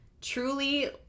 Truly